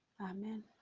Amen